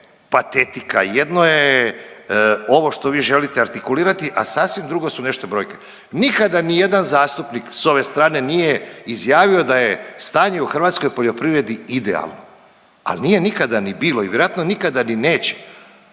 jedno je ovo što vi želite artikulirati, a sasvim drugo su nešto brojke. Nikada ni jedan zastupnik s ove strane nije izjavio da je stanje u hrvatskoj poljoprivredi idealno, ali nije nikada ni bilo i vjerojatno nikada ni neće.